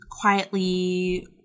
quietly